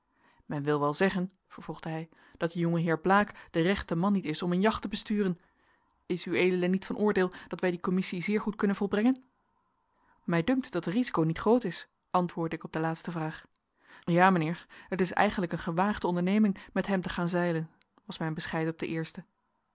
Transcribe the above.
men wil wel zeggen vervolgde hij dat die jongeheer blaek de rechte man niet is om een jacht te besturen is ued niet van oordeel dat wij die commissie zeer goed kunnen volbrengen mij dunkt dat de risico niet groot is antwoordde ik op de laatste vraag ja mijnheer het is eigenlijk een gewaagde onderneming met hem te gaan zeilen was mijn bescheid op de eerste